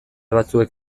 batzuek